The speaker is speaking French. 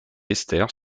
esters